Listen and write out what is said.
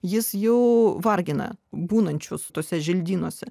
jis jau vargina būnančius tuose želdynuose